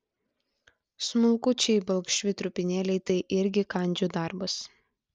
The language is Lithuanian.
smulkučiai balkšvi trupinėliai tai irgi kandžių darbas